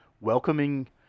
welcoming